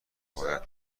باید